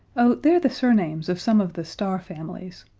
oh, they're the surnames of some of the star families.